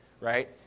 right